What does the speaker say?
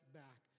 back